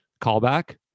Callback